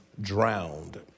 drowned